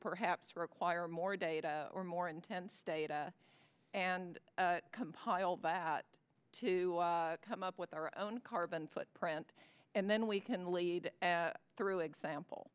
perhaps require more data or more intense data and compile that to come up with our own carbon footprint and then we can lead through example